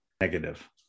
negative